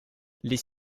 les